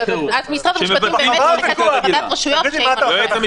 אז משרד המשפטים באמת עושה פה הפרדת רשויות --- שמבטלים --- רגילה.